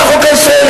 זה החוק הישראלי.